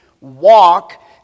walk